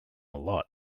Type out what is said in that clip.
lot